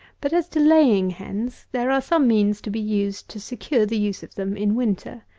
but, as to laying-hens, there are some means to be used to secure the use of them in winter.